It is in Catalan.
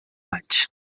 vaig